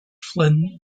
flynn